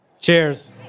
Cheers